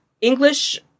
English